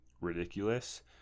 ridiculous